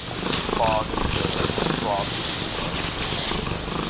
through fog and fair, through frost and snow, through wind and rain,